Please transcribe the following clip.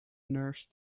nurse